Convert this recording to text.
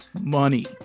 money